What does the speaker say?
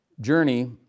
journey